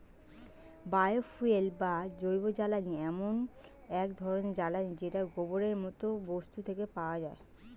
bio fuel বা জৈবজ্বালানী এমন এক ধরণের জ্বালানী যেটা গোবরের মতো বস্তু থেকে পাওয়া যায়